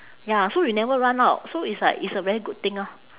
ya so you never run out so it's like it's a very good thing orh